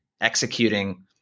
executing